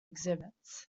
exhibits